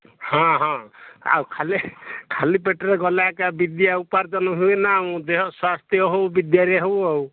ହଁ ହଁ ଆଉ ଖାଲି ଖାଲି ପେଟରେ ଗଲେ ଏକା ବିଦ୍ୟା ଉପାର୍ଜନ ହୁଏ ନା ଆଉ ଦେହ ସ୍ୱାସ୍ଥ୍ୟ ହେଉ ବିଦ୍ୟାରେ ହେଉ ଆଉ